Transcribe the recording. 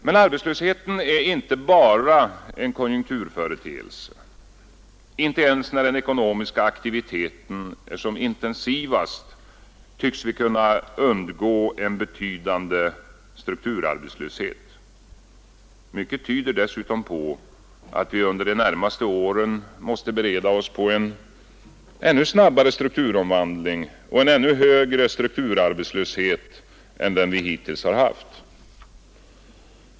Men arbetslösheten är inte bara en konjunkturföreteelse. Inte ens när den ekonomiska aktiviteten är som intensivast tycks vi kunna undgå en betydande strukturarbetslöshet. Mycket tyder dessutom på att vi under de närmaste åren måste bereda oss på en ännu snabbare strukturomvandling och en ännu högre strukturarbetslöshet än den vi hittills haft.